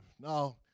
Now